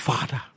Father